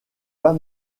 pas